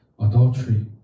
adultery